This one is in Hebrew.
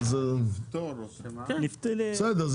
בסדר,